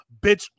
bitch